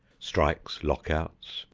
strikes, lockouts,